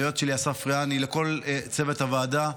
ליועץ שלי אסף רעני ולכל צוות הוועדה.